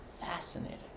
fascinating